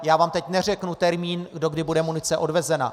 Já vám ale teď neřeknu termín, do kdy bude munice odvezena.